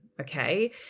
Okay